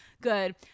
good